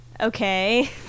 okay